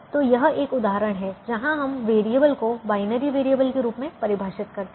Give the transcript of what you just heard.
तो यह एक उदाहरण है जहां हम वेरिएबल को बाइनरी वेरिएबल के रूप में परिभाषित करते हैं